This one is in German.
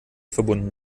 verbunden